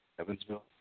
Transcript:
Evansville